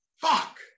fuck